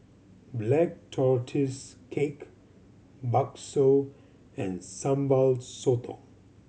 Black Tortoise Cake bakso and Sambal Sotong